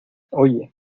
oye